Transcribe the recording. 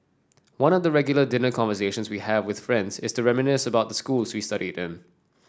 one of the regular dinner conversations we have with friends is to reminisce about the schools we studied in